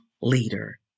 leader